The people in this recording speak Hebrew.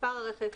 מספר הרכב,